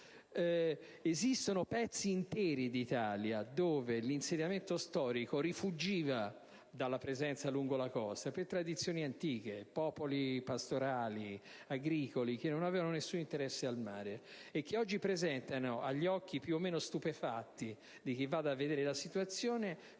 Esistono pezzi interi di Italia, dove l'insediamento storico rifuggiva dalla presenza lungo la costa per tradizioni antiche, popoli pastorali, agricoli, che non avevano nessun interesse al mare, e che oggi presentano, agli occhi più o meno stupefatti di chi vada a vedere la situazione,